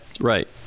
Right